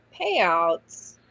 payouts